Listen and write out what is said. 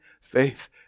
faith